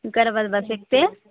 Vikarabad bus ఎక్కితే